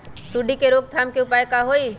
सूंडी के रोक थाम के उपाय का होई?